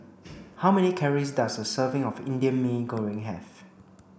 how many calories does a serving of Indian Mee Goreng have